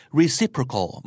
reciprocal